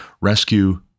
rescue